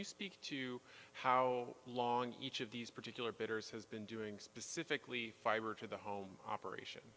you speak to how long each of these particular bidders has been doing specifically fiber to the home operation